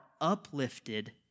uplifted